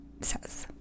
says